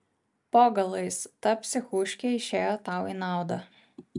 po galais ta psichuškė išėjo tau į naudą